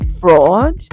fraud